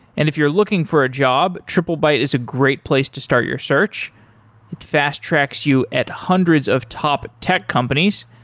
if you're looking for a job, triplebyte is a great place to start your search, it fast-tracks you at hundreds of top tech companies.